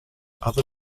other